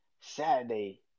Saturday